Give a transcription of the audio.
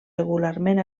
regularment